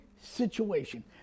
situation